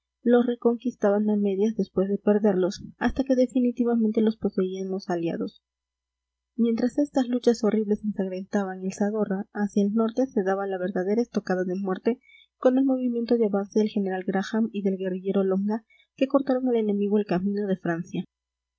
los reconquistaban a medias después de perderlos hasta que definitivamente los poseían los aliados mientras estas luchas horribles ensangrentaban el zadorra hacia el norte se daba la verdadera estocada de muerte con el movimiento de avance del general graham y del guerrillero longa que cortaron al enemigo el camino de francia